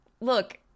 look